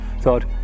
thought